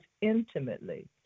intimately